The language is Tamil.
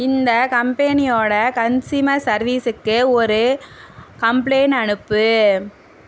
இந்த கம்பெனியோட கன்ஸ்யூமர் சர்வீஸுக்கு ஒரு கம்ப்ளெய்ன் அனுப்பு